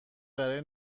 برای